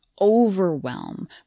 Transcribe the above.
overwhelm